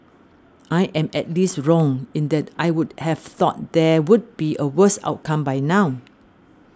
I am at least wrong in that I would have thought there would be a worse outcome by now